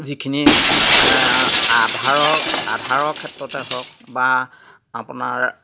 যিখিনি আধাৰৰ আধাৰৰ ক্ষেত্ৰতে হওক বা আপোনাৰ